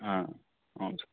అవును సార్